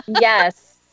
Yes